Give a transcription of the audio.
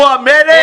הוא המלך?